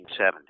1970